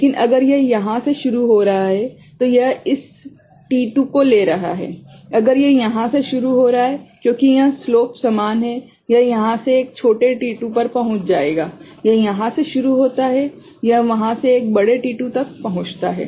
इसलिए अगर यह यहाँ से शुरू हो रहा है तो यह इस t2 को ले रहा है अगर यह यहाँ से शुरू हो रहा है क्योंकि यह स्लोप समान है यह यहाँ से एक छोटे t2 पर पहुँच जाएगा यह यहाँ से शुरू होता है यह वहाँ से एक बड़े t2 तक पहुँचता है